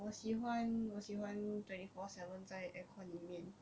我喜欢我喜欢 twenty four seven 在 aircon 里面